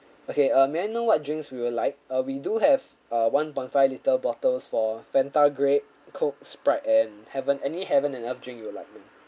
okay uh may I know what drinks would you like uh we do have uh one point five litre bottles for fanta grape coke sprite and heaven any heaven and earth drink you would like ma'am